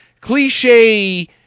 cliche